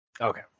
Okay